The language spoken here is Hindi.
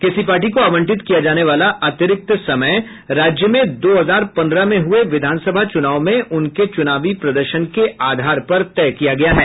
किसी पार्टी को आवंटित किया जाने वाला अतिरिक्त समय राज्य में दो हजार पंद्रह में हुए विधानसभा चूनाव में उनके चूनावी प्रदर्शन के आधार पर तय किया गया है